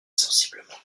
sensiblement